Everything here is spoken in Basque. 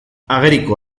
ageriko